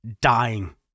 dying